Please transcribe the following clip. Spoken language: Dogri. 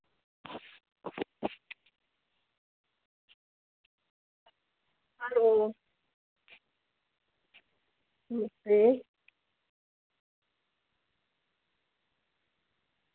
हैलो नमस्ते